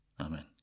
Amen